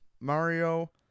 Mario